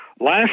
Last